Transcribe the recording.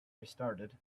restarted